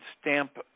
stamp